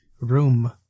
Room